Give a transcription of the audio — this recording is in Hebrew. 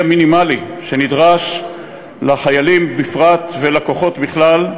המינימלי שנדרש לחיילים בפרט ולכוחות בכלל,